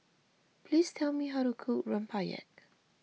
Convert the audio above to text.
please tell me how to cook Rempeyek